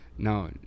No